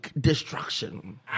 destruction